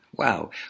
Wow